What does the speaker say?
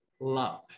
love